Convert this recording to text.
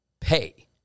pay